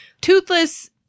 Toothless